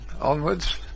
onwards